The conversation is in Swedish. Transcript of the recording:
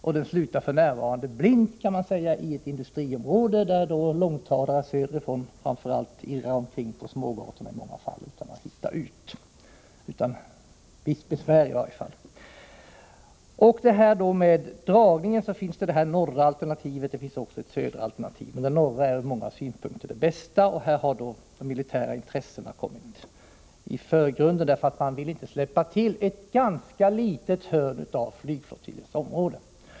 Vägen slutar f. n. blint, kan man säga, i ett industriområde, där långtradare, framför allt söderifrån, irrar omkring på smågatorna och inte hittar ut — i varje fall inte utan visst besvär. När det gäller dragningen av vägen finns det norra alternativet och det södra alternativet. Det norra är ur många synpunkter det bästa, men här har de militära intressena kommit i förgrunden. Man vill inte släppa till ett ganska litet hörn av flygflottiljens område.